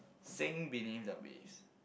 sing beneath the wist